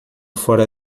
fora